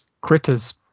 Critters